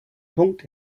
punkt